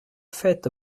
faite